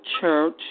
church